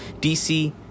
DC